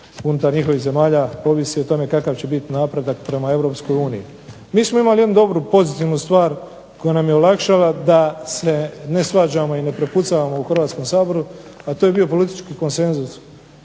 unutar njihovih zemalja ovisi o tome kakav će biti napredak prema Europskoj uniji. Mi smo imali jednu dobru pozitivnu stvar koja nam je olakšala da se ne svađamo i ne prepucavamo u Hrvatskom saboru, a to je bio politički konsenzus